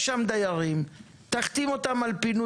דיור ציבורי, זה צריך להיות כמו עסק פרטי.